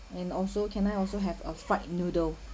and also can I also have a fried noodle